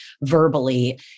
verbally